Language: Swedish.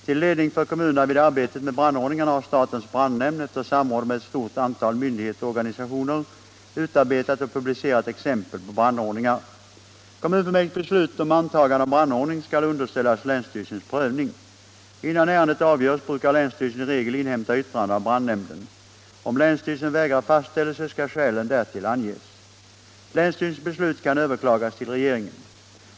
Till ledning för kommunerna vid arbetet med brandordningarna har statens brandnämnd, efter samråd med ett stort antal myndigheter och organisationer, utarbetat och publicerat exempel på brandordningar. Kommunfullmäktiges beslut om antagande av brandordning skall underställas länsstyrelsens prövning. Innan ärendet avgörs brukar länsstyrelsen i regel inhämta yttrande av brandnämnden. Om länsstyrelsen vägrar fastställelse skall skälen därtill anges. Länsstyrelsens beslut kan överklagas till regeringen.